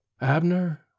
Abner